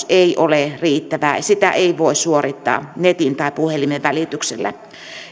ei ole riittävää ohjausta ei voi suorittaa netin tai puhelimen välityksellä